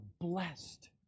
blessed